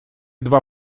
два